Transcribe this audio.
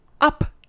up